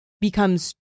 becomes